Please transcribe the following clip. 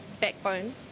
backbone